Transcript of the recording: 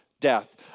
death